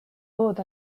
lood